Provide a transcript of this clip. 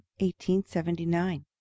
1879